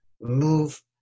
move